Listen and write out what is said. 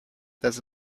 there’s